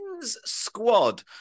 Squad